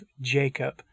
Jacob